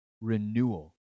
renewal